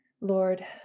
Lord